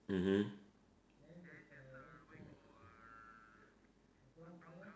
mmhmm